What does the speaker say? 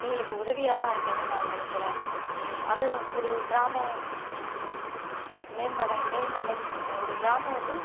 எங்களுக்கு உதவியாக தான் இருக்குதுன்னு நான் நினைக்கிறேன் அது ஒரு கிராம மேம்பட மே பட ஒரு கிராம வந்து